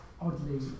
oddly